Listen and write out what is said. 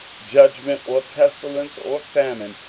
judgment, or pestilence, or famine,